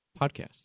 podcast